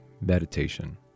Meditation